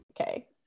Okay